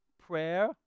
prayer